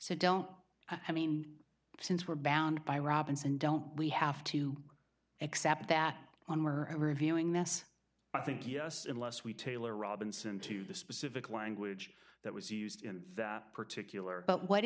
so don't i mean since we're bound by robinson don't we have to accept that on we're reviewing this i think yes unless we tailor robinson to the specific language that was used in particular but what